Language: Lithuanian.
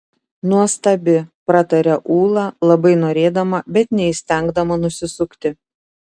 nuostabi prataria ūla labai norėdama bet neįstengdama nusisukti